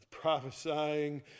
prophesying